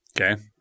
Okay